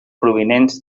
provinents